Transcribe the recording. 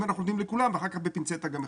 אנחנו נותנים לכולם ואחר-כך בפינצטה אנחנו מחפשים.